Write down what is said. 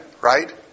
right